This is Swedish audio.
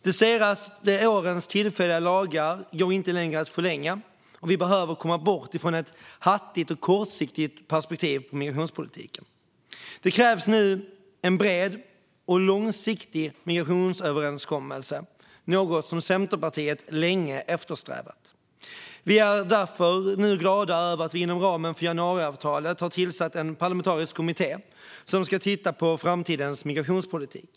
De senaste årens tillfälliga lagar går inte längre att förlänga, och vi behöver komma bort från ett hattigt och kortsiktigt perspektiv på migrationspolitiken. Det krävs nu en bred och långsiktig migrationsöverenskommelse, något som Centerpartiet länge eftersträvat. Vi är därför glada över att vi inom ramen för januariavtalet nu har tillsatt en parlamentarisk kommitté som ska titta på framtidens migrationspolitik.